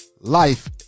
life